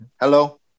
hello